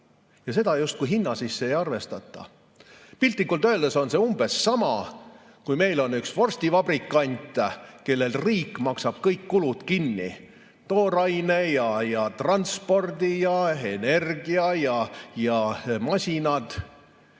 Seda justkui hinna sisse ei arvestata. Piltlikult öeldes on see umbes sama, kui meil oleks üks vorstivabrikant, kelle kulud maksab riik kõik kinni, tooraine ja transpordi ja energia ja masinad,